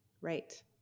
Right